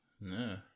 no